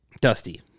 Dusty